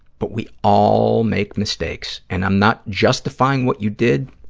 but we all make mistakes, and i'm not justifying what you did.